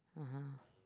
(uh huh)